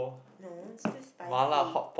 no it's too spicy